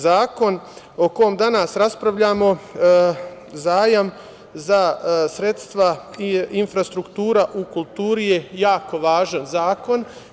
Zakon o kome danas raspravljamo zajam za sredstva infrastruktura u kulturi je jako važan zakon.